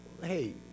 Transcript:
hey